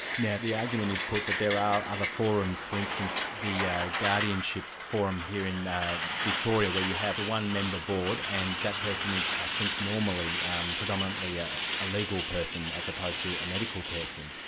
now the argument is put that there are other forums, for instance the yeah guardianship forum here in victoria, where you have a one-member board, and that person is, i think, normally um predominantly ah a legal person, as opposed to a medical person.